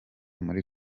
muri